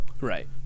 right